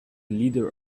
leader